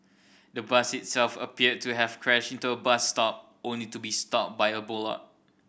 the bus itself appeared to have crashed into a bus stop only to be stopped by a bollard